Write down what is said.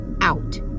out